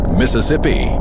mississippi